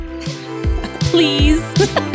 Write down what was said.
Please